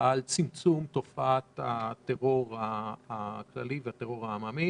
בצמצום תופעת הטרור הכללי והעממי.